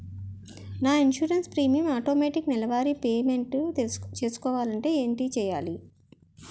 నా insurance premium automatic నెలవారి payment చేసుకోవాలంటే ఏంటి చేయాలి?